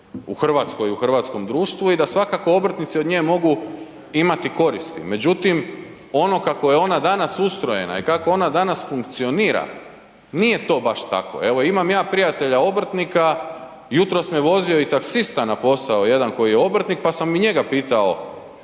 u Hrvatskoj, u hrvatskom društvu i da svakako obrtnici od nje mogu imati koristi međutim, ono kako je ona danas ustrojena i kako ona danas funkcionira, nije to baš tako. Evo imam ja prijatelja obrtnika, jutros me vozio i taksista na posao jedan koji je obrtnik pa sam i njega pitao